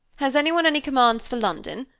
has anyone any commands for london?